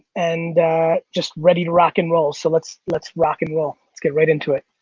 and just ready to rock and roll. so let's let's rock and roll. let's get right into it.